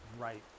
right